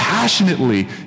passionately